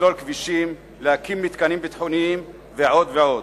לסלול כבישים, להקים מתקנים ביטחוניים ועוד ועוד.